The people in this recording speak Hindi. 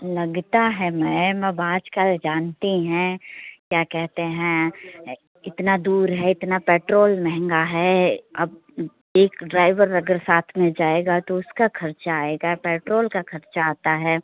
लगता है मैम अब आजकल जानती हैं क्या कहते हैं इतना दूर है इतना पैट्रोल महंगा है अब एक ड्राइवर अगर साथ में जाएगा तो उसका खर्चा आएगा पैट्रोल का खर्चा आता है